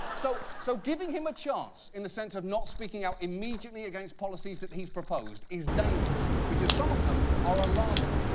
so so giving him a chance in the sense of not speaking out immediately against policies he's proposed is dangerous. because some of them are alarming.